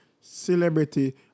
celebrity